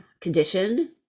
condition